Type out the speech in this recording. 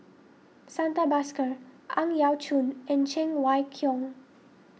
Santha Bhaskar Ang Yau Choon and Cheng Wai Keung